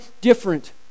different